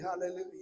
hallelujah